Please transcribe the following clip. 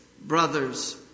brothers